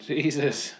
Jesus